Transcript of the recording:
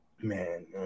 man